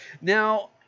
Now